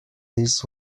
this